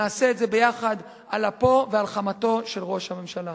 נעשה את זה ביחד, על אפו ועל חמתו של ראש הממשלה.